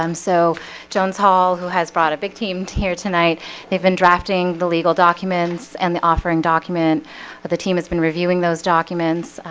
um so jones hall who has brought a big team to here tonight they've been drafting the legal documents and the offering document but the team has been reviewing those documents.